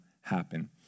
happen